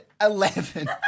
Eleven